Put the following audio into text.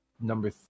number